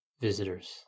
visitors